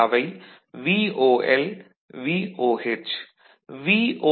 அவை VOL VOH